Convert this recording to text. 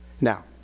Now